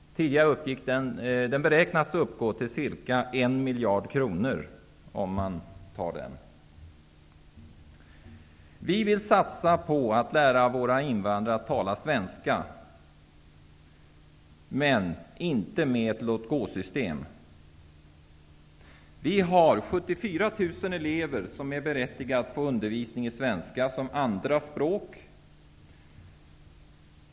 Den beräknas uppgå till ca en miljard kronor. Vi vill satsa på att lära våra invandrare att tala svenska, men inte med ett låt-gå-system. Vi har 74 000 elever som är berättigade att få undervisning i svenska som andra språk.